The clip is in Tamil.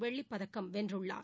வெள்ளிப்பதக்கம் வென்றுள்ளார்